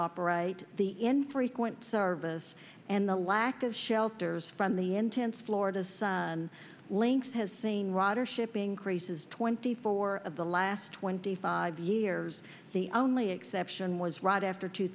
operate the infrequent service and the lack of shelters from the intense florida sun links has seen ridership increases twenty four of the last twenty five years the only exception was right after two